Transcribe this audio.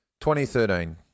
2013